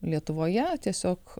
lietuvoje tiesiog